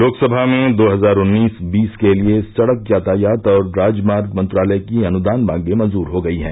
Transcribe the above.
लोकसभा में दो हजार उन्नीस बीस के लिए सड़क यातायात और राजमार्ग मंत्रालय की अनुदान मांगें मंजूर हो गई हैं